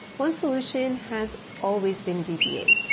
one solution has always been vba,